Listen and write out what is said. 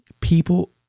people